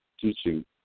teaching